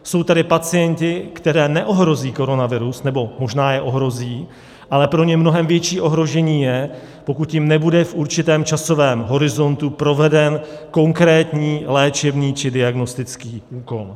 Jsou tady pacienti, které neohrozí koronavirus nebo možná je ohrozí, ale pro ně mnohem větší ohrožení je, pokud jim nebude v určitém časovém horizontu proveden konkrétní léčebný či diagnostický úkon.